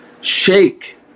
shake